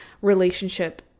relationship